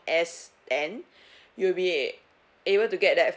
s ten you'll be able to get that